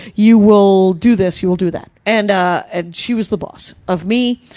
you will do this, you will do that. and ah, and she was the boss of me.